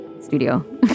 studio